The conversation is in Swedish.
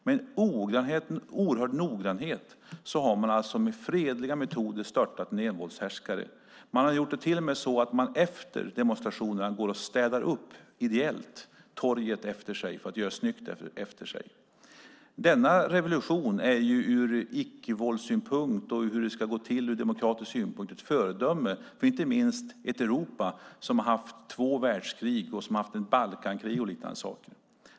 Med en oerhörd noggrannhet har man med fredliga metoder störtat en envåldshärskare. Man har till och med efter demonstrationerna gått och städat torget ideellt för att göra snyggt efter sig. Denna revolution är ur icke-våldssynpunkt och ur demokratisk synpunkt ett föredöme för inte minst ett Europa som har haft två världskrig, ett Balkankrig och liknande saker.